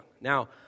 Now